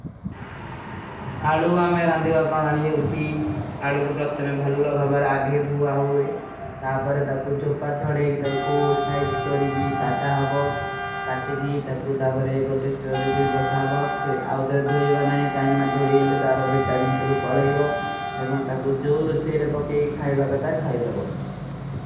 ଅଲୁଵା ମେରେ ଅଂଦେଵା ପ୍ରାଣାଲୀ ହୈ ଉଠୀ, ଅଲୁଵା କୋ ପ୍ରତ୍ତମେ ଭଲୋ ଭାବର ଆଗେ ଧୂଆ ହୁଏ। ତାପରେ ତାକୋ ଚୋପା ଛଡେଗୀ, ତାକୋ ସାଇଚ କରେଗୀ, କାଟା ହାବଓ, କାଟେଗୀ। ତାକୋ ତାପରେ ଗୋଟେ ସ୍ଟେରୋଲେଜିକ ରଖାବଓ, ଆଉତରେ ଧୋଯେବା ନାଈ, କାଈ।